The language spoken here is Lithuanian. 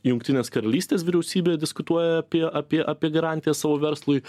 jungtinės karalystės vyriausybė diskutuoja apie apie apie garantiją savo verslui